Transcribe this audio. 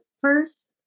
first